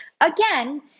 Again